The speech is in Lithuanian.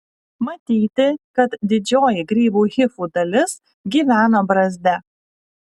matyti kad didžioji grybų hifų dalis gyvena brazde